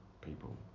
people